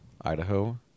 idaho